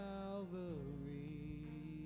Calvary